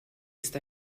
ist